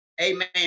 amen